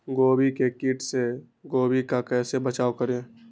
गोभी के किट से गोभी का कैसे बचाव करें?